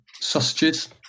Sausages